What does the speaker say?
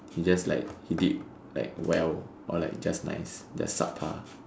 he just like he did like well or like just nice just sub-par